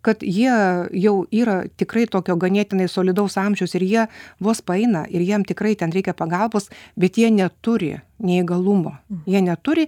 kad jie jau yra tikrai tokio ganėtinai solidaus amžiaus ir jie vos paeina ir jiem tikrai ten reikia pagalbos bet jie neturi neįgalumo jie neturi